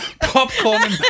popcorn